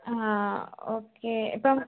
ആ ഓക്കേ ഇപ്പം